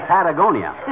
Patagonia